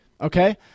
okay